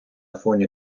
фоні